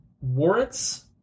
warrants